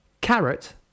carrot